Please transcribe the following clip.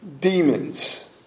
demons